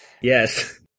Yes